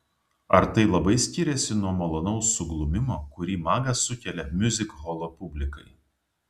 ar tai labai skiriasi nuo malonaus suglumimo kurį magas sukelia miuzikholo publikai